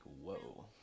whoa